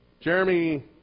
Jeremy